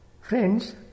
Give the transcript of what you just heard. Friends